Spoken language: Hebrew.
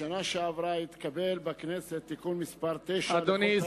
בשנה שעברה התקבל בכנסת תיקון מס' 9 לחוק הרשויות המקומיות.